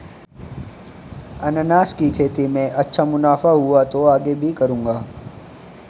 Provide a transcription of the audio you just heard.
अनन्नास की खेती में अच्छा मुनाफा हुआ तो आगे भी करूंगा